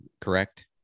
Correct